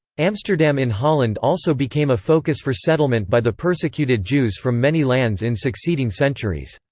amsterdam in holland also became a focus for settlement by the persecuted jews from many lands in succeeding centuries.